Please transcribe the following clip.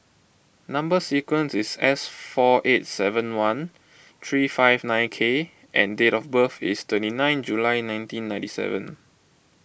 Number Sequence is S four eight seven one three five nine K and date of birth is twenty nine July nineteen ninety seven